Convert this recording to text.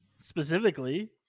Specifically